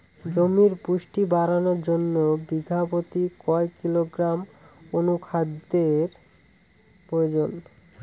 জমির পুষ্টি বাড়ানোর জন্য বিঘা প্রতি কয় কিলোগ্রাম অণু খাদ্যের প্রয়োজন?